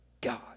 God